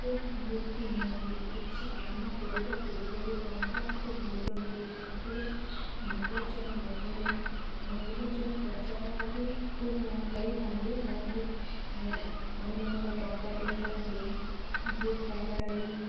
ଖୁବ୍ ଲୁଟି ନିଅନ୍ତି କିଛି କାମ କରିବା ପୂର୍ବରୁ ଟଙ୍କା ଖୁବ୍ ଲୁଟନ୍ତି ସେଥିରେ ନିର୍ବାଚନ ମଧ୍ୟରେ ନିର୍ବାଚନ ପ୍ରଚାର ବି ଖୁବ୍ କରିଥାନ୍ତି ଯାହାକି ଘର ଘର ଟଙ୍କା ଦେଇଯାନ୍ତି ଭୋଟ୍ ପାଇବାର୍ ଲାଗି